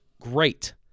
great